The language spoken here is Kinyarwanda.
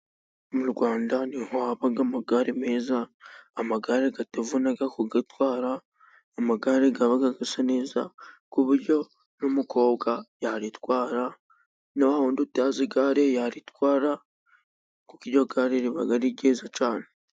Mu Rwanda niho haba amagare meza, amagare atavuna kuyatwara, amagare aba asa neza, ku buryo n'umukobwa yaritwara, na wa wundi utazi igare yaritwara, kuko iryo gare riba ari ryiza cyane.